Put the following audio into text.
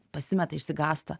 pasimeta išsigąsta